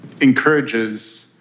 encourages